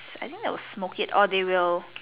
I think they'll smoke or they will